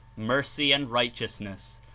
mercy and righteousness,